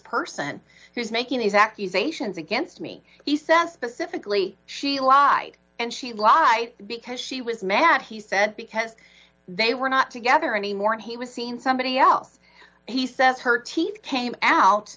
person who's making these accusations against me he says specifically she lied and she lied because she was mad he said because they were not together anymore and he was seen some he else he says her teeth came out